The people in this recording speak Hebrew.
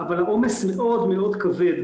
אבל העומס מאוד מאוד כבד,